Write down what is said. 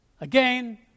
Again